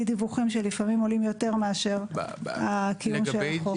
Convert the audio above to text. דיווחים שלפעמים עולים יותר מאשר הקיום של החוק.